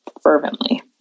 fervently